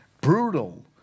brutal